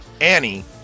Annie